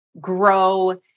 grow